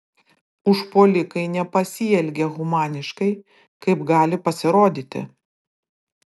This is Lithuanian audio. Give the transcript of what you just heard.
užpuolikai nepasielgė humaniškai kaip gali pasirodyti